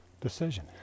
decision